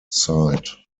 site